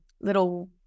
little